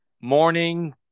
morning